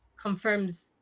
confirms